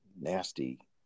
nasty